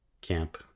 Camp